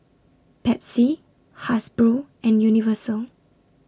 Pepsi Hasbro and Universal